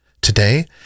Today